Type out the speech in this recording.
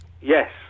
Yes